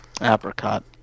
apricot